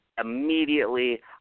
immediately